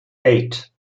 eight